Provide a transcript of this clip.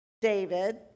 david